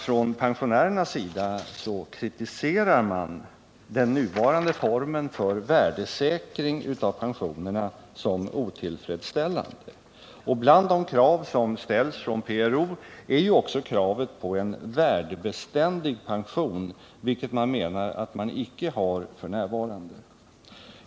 Från pensionärernas sida kritiseras den nuvarande formen för värdesäkring av pensioner som varande otillfredsställande. Bland de krav som har ställts från PRO finns kravet på en värdebeständig pension, vilket man menar att pensionärerna f. n. inte har.